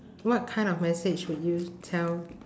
what kind of message would you tell